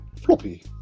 floppy